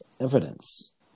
evidence